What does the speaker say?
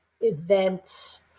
events